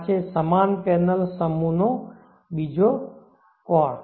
આ છે સમાન પેનલ સમૂહનો બીજો કોણ